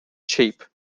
cheap